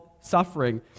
suffering